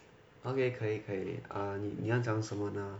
okay 可以可以 um 你你要讲什么呢